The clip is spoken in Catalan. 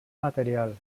material